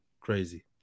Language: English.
Crazy